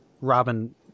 Robin